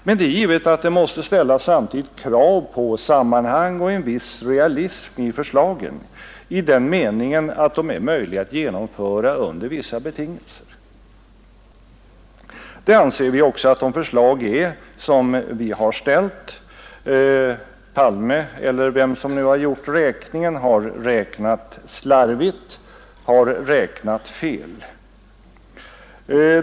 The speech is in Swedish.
Men det är givet att det samtidigt måste ställas krav på sammanhang och en viss realism i förslagen, i den meningen att de skall vara möjliga att genomföra under vissa betingelser. Vi anser också att de föreslag vi ställt uppfyller dessa krav. Herr Palme — eller vem det nu är som räknat — har räknat slarvigt. Det har blivit fel.